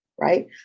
right